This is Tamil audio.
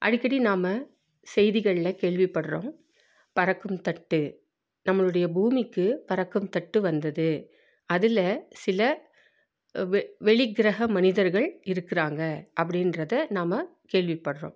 அடிக்கடி நாம செய்திகளில் கேள்விப்படுறோம் பறக்கும் தட்டு நம்மளுடைய பூமிக்கு பறக்கும் தட்டு வந்தது அதில் சில வெ வெளிக்கிரக மனிதர்கள் இருக்கிறாங்க அப்படின்றத நாம கேள்விப்படுறோம்